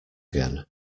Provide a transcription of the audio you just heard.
again